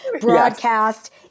broadcast